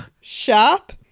Shop